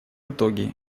итоге